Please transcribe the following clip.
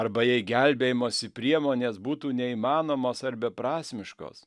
arba jei gelbėjimosi priemonės būtų neįmanomos ar beprasmiškos